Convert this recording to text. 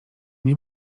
nie